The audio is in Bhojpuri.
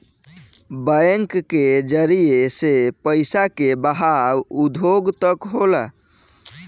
बैंक के जरिए से पइसा के बहाव उद्योग तक होला